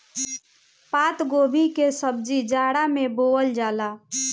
पातगोभी के सब्जी जाड़ा में बोअल जाला